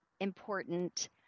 important